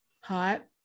hot